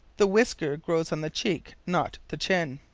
the whisker grows on the cheek, not the chin.